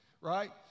right